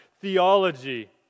theology